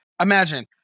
Imagine